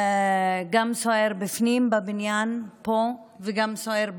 גם סוער בפנים, בבניין פה, וגם סוער בחוץ,